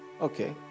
Okay